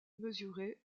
mesurer